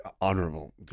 Honorable